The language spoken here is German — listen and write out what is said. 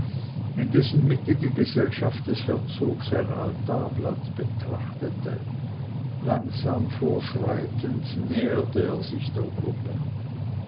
in dessen mitte die gesellschaft des herzogs ein altarblatt betrachtete langsam vorschreitend näherte er sich der gruppe